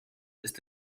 ist